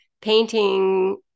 painting